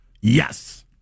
Yes